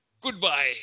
goodbye